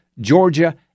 Georgia